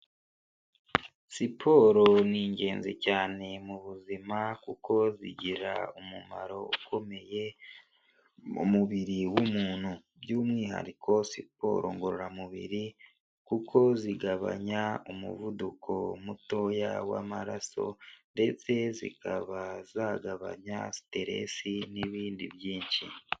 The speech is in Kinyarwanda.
Siporo ni ingenzi cyane mu buzima kuko zigira umumaro ukomeye mu mubiri w'umuntu by'umwihariko siporo ngororamubiri, kuko zigabanya umuvuduko mutoya w'amaraso ndetse zikaba zagabanya siteresi n'ibindi byinshi.